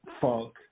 funk